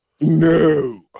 No